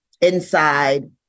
inside